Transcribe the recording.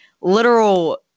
literal